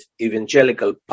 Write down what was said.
evangelical